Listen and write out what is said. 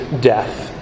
death